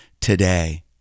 today